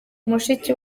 mushiki